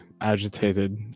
agitated